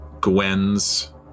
Gwen's